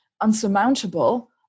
unsurmountable